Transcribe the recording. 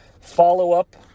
follow-up